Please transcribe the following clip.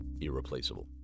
irreplaceable